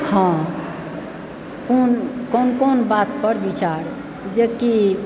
हँ कोन कोन कोन बातपर विचार जेकि